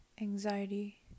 anxiety